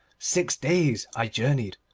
six days i journeyed,